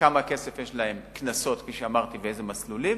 כמה כסף יש להם קנסות, כפי שאמרתי, ואיזה מסלולים,